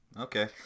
Okay